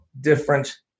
different